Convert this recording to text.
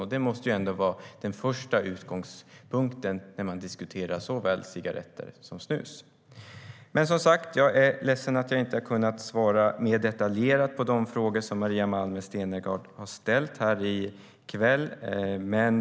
Det måste ändå vara den första utgångspunkten när man diskuterar såväl cigaretter som snus. Jag är ledsen att jag inte har kunnat svara mer detaljerat på de frågor som Maria Malmer Stenergard har ställt här i kväll.